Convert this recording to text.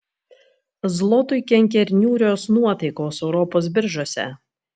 zlotui kenkia ir niūrios nuotaikos europos biržose